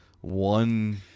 one